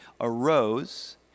arose